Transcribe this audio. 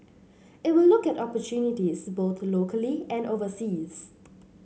it will look at opportunities both locally and overseas